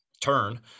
turn